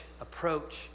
approach